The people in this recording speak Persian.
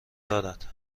دارد